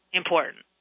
important